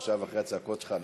ועכשיו אחרי הצעקות שלך,